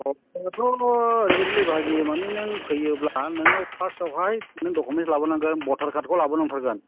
खबराथ'ओरैबादिलै बाहागि माने नों फैयोब्ला नोङो फार्स्तआवहाय नों दकु'मेन्स लाबोनांगोन भटार कार्दखौ लाबोनांथारगोन